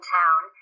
town